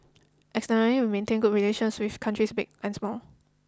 externally we have maintained good relations with countries big and small